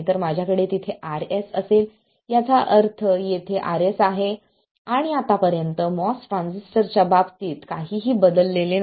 तर माझ्याकडे तिथे Rs असेल याचा अर्थ येथे Rs आहे आणि आतापर्यंत MOS ट्रान्झिस्टरच्या बाबतीत काहीही बदललेले नाही